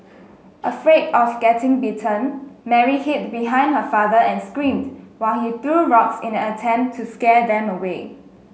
afraid of getting bitten Mary hid behind her father and screamed while he threw rocks in an attempt to scare them away